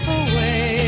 away